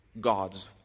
God's